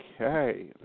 Okay